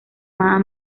llamada